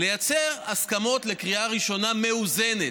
לייצר הסכמות לקריאה ראשונה מאוזנת.